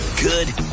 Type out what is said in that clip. Good